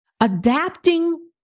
Adapting